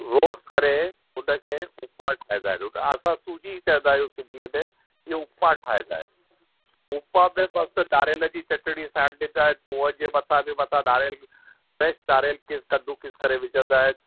उहा रोस्ट करे हुन खे उपमा ठाहींदा आहिनि असां सूजी चवंदा आहियूं सिंधीअ में इहे उपमा ठाहींदा आहिनि उपमा में मस्त नारियल जी चटिणी साण जे साण पोहनि जे मथां बि नारियल नारियल खे कदूकस करे विझंदा आहिनि